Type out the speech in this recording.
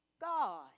God